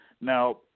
Now